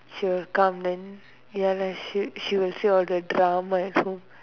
she would come in ya and she she would see all the drama at home